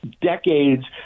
decades